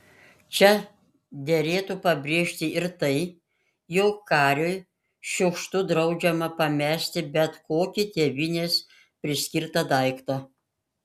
čia derėtų pabrėžti ir tai jog kariui šiukštu draudžiama pamesti bet kokį tėvynės priskirtą daiktą